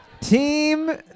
Team